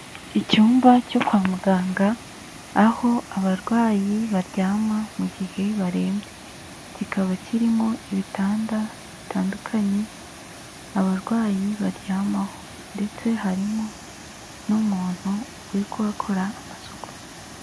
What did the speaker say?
Icyumba cyo kwa muganga aho abarwayi baryama mu gihe barembye, kikaba kirimo ibitanda bitandukanye abarwayi baryamaho ndetse harimo n'umuntu uri kuhakora amasuku.